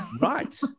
Right